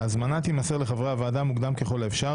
ההזמנה תימסר לחברי הוועדה מוקדם ככל האפשר,